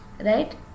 right